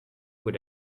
good